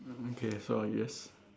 mm okay so yes